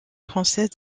française